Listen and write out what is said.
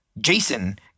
Jason